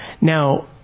Now